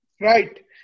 right